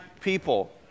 people